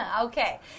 Okay